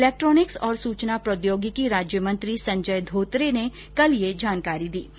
electronics और सूचना प्रौद्योगिकी राज्य मंत्री संजय धोत्रे को कल यह जानकारी दी गई